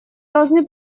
должны